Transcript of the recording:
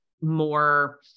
more